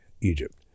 Egypt